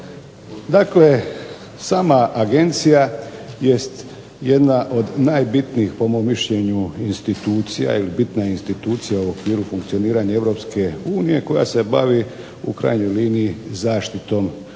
Dakle, sama agencija jest jedna od najbitnijih po mom mišljenju institucija ili bitna institucija u okviru funkcioniranja Europske unije koja se bavi u krajnjoj liniji zaštitom